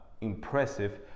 impressive